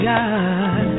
God